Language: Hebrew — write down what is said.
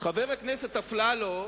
חבר הכנסת אפללו